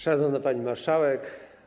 Szanowna Pani Marszałek!